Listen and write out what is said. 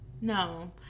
No